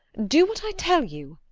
do what i tell you.